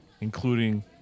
including